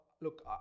look